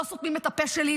לא סותמים את הפה שלי.